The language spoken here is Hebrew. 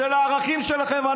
של הערכים שלכם.